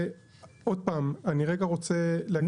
אני עוד פעם רוצה, רגע.